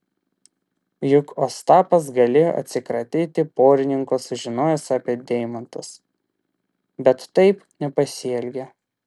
juk ostapas galėjo atsikratyti porininko sužinojęs apie deimantus bet taip nepasielgė